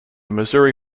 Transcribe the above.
missouri